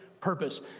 purpose